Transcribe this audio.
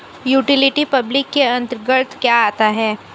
Utility public के अंतर्गत क्या आता है?